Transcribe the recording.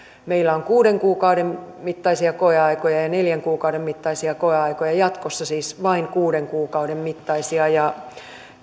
meillä on kuuden kuukauden mittaisia koeaikoja ja neljän kuukauden mittaisia koeaikoja ja jatkossa siis vain kuuden kuukauden mittaisia ja